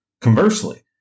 Conversely